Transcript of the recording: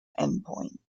endpoints